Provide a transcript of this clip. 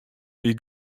wie